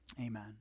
Amen